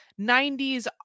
90s